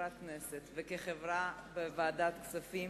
כחברת הכנסת וכחברה בוועדת הכספים,